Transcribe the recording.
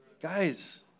Guys